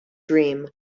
dream